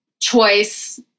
choice